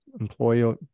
employee